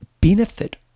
benefit